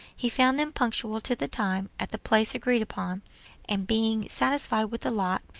he found them punctual to the time, at the place agreed upon and being satisfied with the lot,